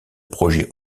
projet